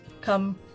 Come